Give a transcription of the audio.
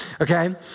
Okay